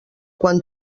quan